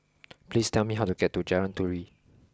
please tell me how to get to Jalan Turi